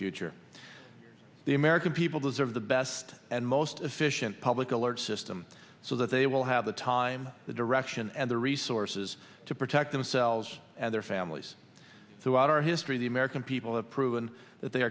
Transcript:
future the american people deserve the best and most efficient public alert system so that they will have the time the direction and the resources to protect themselves and their families throughout our history the american people have proven that they